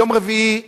ביום רביעי,